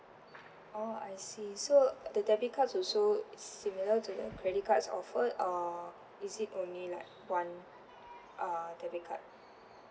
oh I see so the debit cards also is similar to the credit cards offered or is it only like one uh debit card